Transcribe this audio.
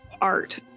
art